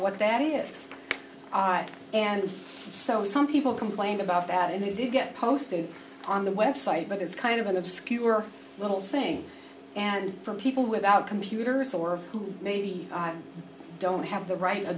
what that is and so some people complained about that and they did get posted on the website but it's kind of an obscure little thing and from people without computers or who maybe don't have the right